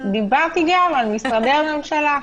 דיברתי גם על משרדי הממשלה.